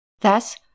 thus